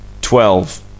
Twelve